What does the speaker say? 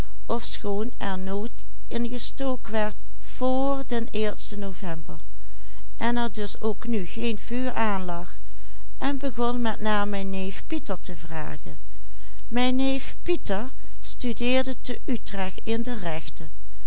nu geen vuur aanlag en begon met naar mijn neef pieter te vragen mijn neef pieter studeerde te utrecht in de rechten